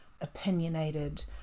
opinionated